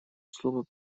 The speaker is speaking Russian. слово